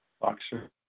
boxer